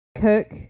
cook